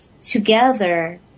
together